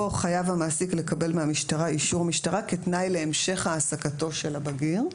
פה חייב המעסיק לקבל מהמשטרה אישור משטרה כתנאי להמשך העסקתו של הבגיר.